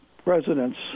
Presidents